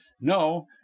no